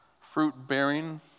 Fruit-bearing